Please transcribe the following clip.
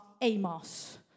Amos